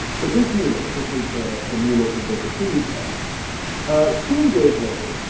but this new look, this is the the new look of the bikini tests soon gave way